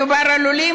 מדובר על עולים,